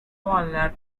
walnut